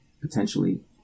potentially